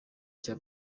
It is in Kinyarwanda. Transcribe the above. cya